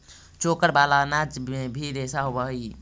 चोकर वाला अनाज में भी रेशा होवऽ हई